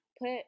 put